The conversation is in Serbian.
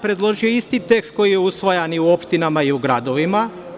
Predložio sam isti tekst koji je usvajan u opštinama i u gradovima.